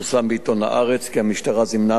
פורסם בעיתון "הארץ'" כי המשטרה זימנה